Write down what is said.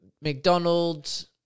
McDonald's